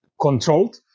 controlled